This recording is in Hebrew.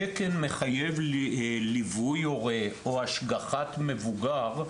התקן מחייב ליווי הורה, או השגחת מבוגר,